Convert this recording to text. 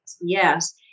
yes